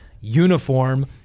uniform